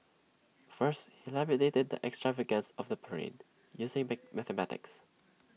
first he lamented the extravagance of the parade using mate mathematics